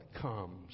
comes